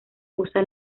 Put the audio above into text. usa